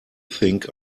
think